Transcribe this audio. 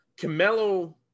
Camelo